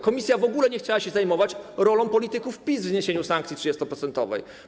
Komisja w ogóle nie chciała się zajmować rolą polityków PiS w zniesieniu sankcji 30-procentowej.